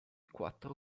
quattro